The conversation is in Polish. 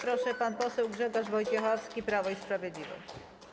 Proszę, pan poseł Grzegorz Wojciechowski, Prawo i Sprawiedliwość.